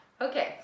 Okay